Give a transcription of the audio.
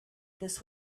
this